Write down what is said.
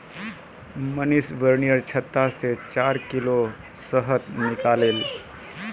मनीष बिर्निर छत्ता से चार किलो शहद निकलाले